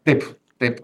taip taip